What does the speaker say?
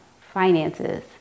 Finances